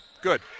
Good